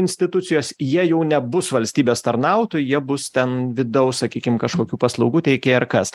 institucijos jie jau nebus valstybės tarnautojai jie bus ten vidaus sakykim kažkokių paslaugų teikėjai ar kas